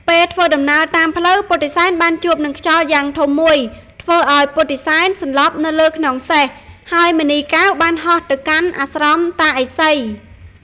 ពេលធ្វើដំណើរតាមផ្លូវពុទ្ធិសែនបានជួបនឹងខ្យល់យ៉ាងធំមួយធ្វើឲ្យពុទ្ធិសែនសន្លប់នៅលើខ្នងសេះ ហើយមណីកែវបានហោះទៅកាន់អាស្រមតាឥសី។